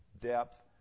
depth